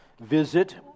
visit